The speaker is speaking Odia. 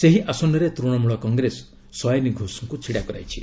ସେହି ଆସନରେ ତୃଶମୂଳ କଂଗ୍ରେସ ସୟାନୀ ଘୋଷଙ୍କୁ ଛିଡ଼ା କରାଇଛି